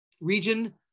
region